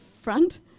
front